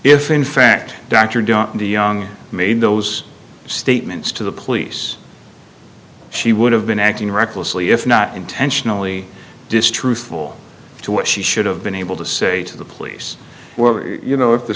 if in fact dr duncan the young made those statements to the police she would have been acting recklessly if not intentionally distrustful to what she should have been able to say to the police were you know if the